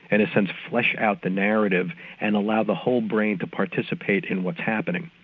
and a sense, flesh out the narrative and allow the whole brain to participate in what's happening.